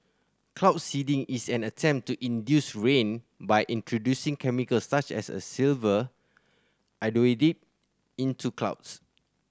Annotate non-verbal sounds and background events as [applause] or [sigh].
cloud seeding is an attempt to induce rain by introducing chemicals such as a silver [unintelligible] into clouds